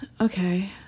Okay